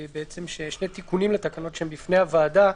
שני תיקונים לתקנות שנמצאים בפני הוועדה.